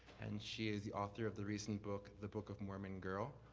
and she is the author of the recent book, the book of mormon girl.